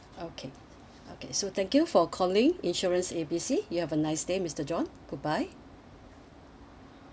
okay okay so thank you for calling insurance A B C you have a nice day mister john goodbye